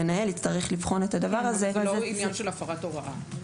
המנהל יצטרך לבחון את הדבר הזה --- זה לא עניין של הפרת הוראה.